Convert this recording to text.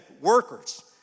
workers